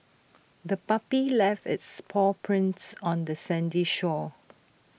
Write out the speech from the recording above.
the puppy left its paw prints on the sandy shore